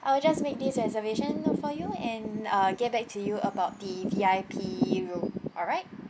I will just make this reservation for you and uh get back to you about the V_I_P room alright